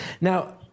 Now